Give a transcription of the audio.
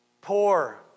poor